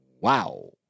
wow